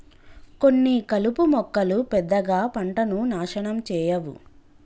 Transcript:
కొన్ని కలుపు మొక్కలు పెద్దగా పంటను నాశనం చేయవు